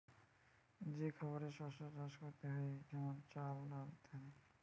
যে খাবারের শস্য চাষ করতে হয়ে যেমন চাল, ডাল ইত্যাদি